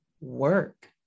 work